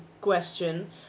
question